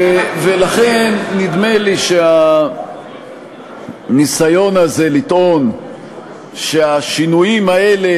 ולכן נדמה לי שהניסיון הזה לטעון שהשינויים האלה